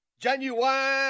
Genuine